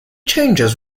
changes